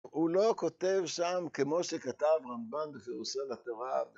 ‫הוא לא כותב שם כמו שכתב ‫רמב"ן בפירושו על התורה.